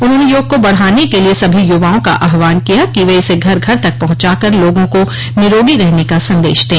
उन्होंने योग को बढ़ाने के लिए सभी युवाओं का आह्वान किया कि वे इसे घर घर तक पहुंचा कर लोगों को निरोगी रहने का संदेश दें